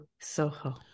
Soho